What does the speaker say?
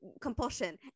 compulsion